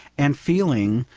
and feeling,